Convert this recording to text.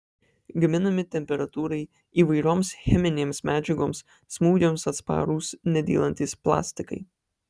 gaminami temperatūrai įvairioms cheminėms medžiagoms smūgiams atsparūs nedylantys plastikai